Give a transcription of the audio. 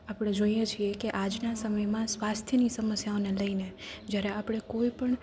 આપણે જોઈએ છીએ કે આજના સમયમાં સ્વાસ્થ્યની સમસ્યાઓને લઈને જ્યારે આપણે કોઈપણ